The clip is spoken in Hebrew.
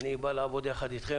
אני בא לעבוד יחד איתכם.